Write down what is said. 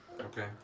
Okay